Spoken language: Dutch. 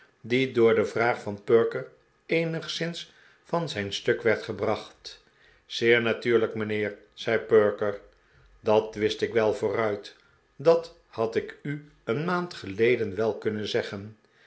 die door de vraag van perker eenigszins van zijn stuk werd gebracht zeer natuurlijk mijnheer zei perker dat wist ik wel vooruit dat had ik u een maand geleden wel kunnen zeggen